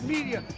Media